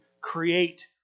create